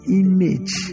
image